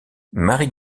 marie